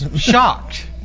shocked